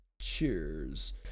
cheers